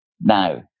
now